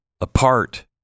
apart